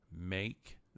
Make